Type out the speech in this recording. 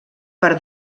per